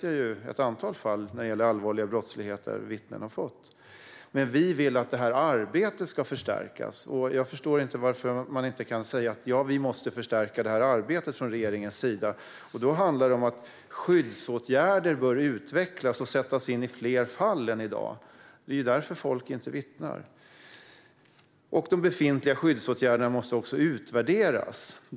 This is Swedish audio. Jag vet ett antal fall när det gäller allvarliga brott där vittnen har fått det. Vi vill att det här arbetet ska förstärkas. Jag förstår inte varför man inte kan säga: Ja, regeringen måste förstärka det här arbetet. Det handlar om att skyddsåtgärder bör utvecklas och sättas in i fler fall än i dag. Det är bristen på det som leder till att folk inte vittnar. De befintliga skyddsåtgärderna måste också utvärderas.